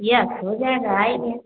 yes हो जाएगा आइए